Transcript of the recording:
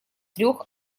трех